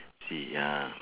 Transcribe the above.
see ya